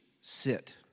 sit